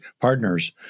partners